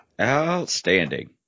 Outstanding